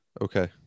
okay